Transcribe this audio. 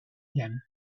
them